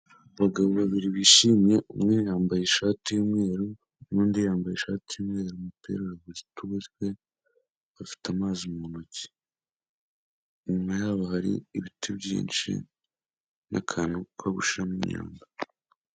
Abagabo babiri bishimye, umwe yambaye ishati y'umweru, n'undi yambaye ishati y'umweru, umupira bafite amazi mu ntoki. Inyuma yabo hari ibiti byinshi n'akantu ko gushyiramo imyanda.